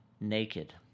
naked